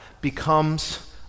becomes